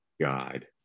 God